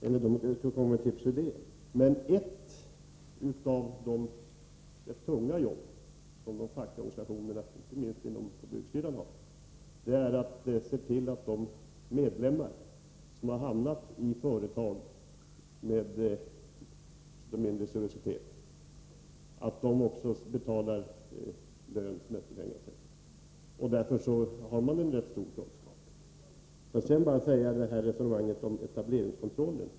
En av de rätt tunga uppgifter som de fackliga organisationerna har — inte minst på byggsidan — är att se till att de medlemmar som har hamnat i företag som drivs mindre seriöst får lön, semesterpengar etc. Därför har man en ganska stor kunskap. Jag vill bara säga några ord med anledning av resonemanget om etableringskontroll.